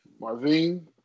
Marvin